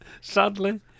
Sadly